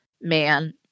man